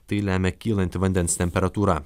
tai lemia kylanti vandens temperatūra